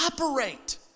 operate